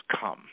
come